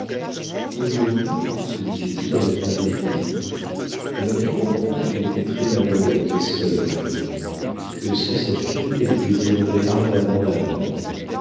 aujourd'hui se disait-il à la troisième visite elle m'a fait comprendre qu'elle était très malheureuse et seule dans la vie que sans sa fille elle désirerait ardemment la mort